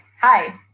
Hi